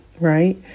right